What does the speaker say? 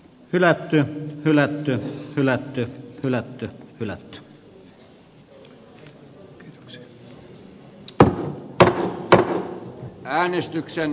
hylätty yllättyä hylättyä kylät peter östman